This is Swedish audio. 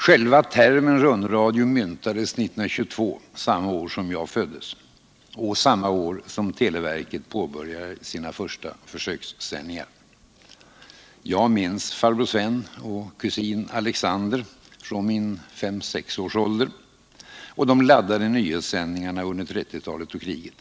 Själva termen ”rundradio” myntades 1922, samma år som jag föddes — och samma år som televerket påbörjade sina första försökssändningar. Jag minns farbror Sven och kusin Alexander från min femsexårsålder och de laddade nyhetssändningarna under 1930-talet och kriget.